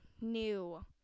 new